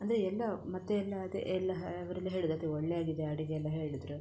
ಅಂದರೆ ಎಲ್ಲ ಮತ್ತು ಎಲ್ಲ ಅದೇ ಎಲ್ಲ ಅವರೆಲ್ಲ ಹೇಳೋದು ಅದು ಒಳ್ಳೆ ಆಗಿದೆ ಅಡುಗೆ ಎಲ್ಲ ಹೇಳಿದರು